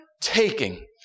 taking